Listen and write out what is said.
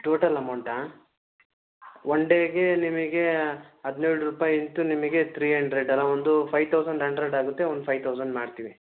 total ಅಮೌಂಟಾ one ಡೇಗೆ ನಿಮಗೆ ಹದಿನೇಳು ರೂಪಾಯಿ ಇಂಟು ನಿಮಗೆ ತ್ರೀ ಅಂಡ್ರೆಡ್ಡಲಾ ಒಂದು ಫೈ ತೌಸಂಡ್ ಅಂಡ್ರೆಡ್ ಆಗುತ್ತೆ ಒನ್ ಫೈ ತೌಸಂಡ್ ಮಾಡ್ತೀವಿ